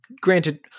Granted